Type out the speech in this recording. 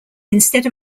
instead